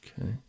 Okay